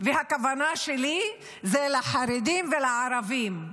הכוונה שלי היא לחרדים ולערבים.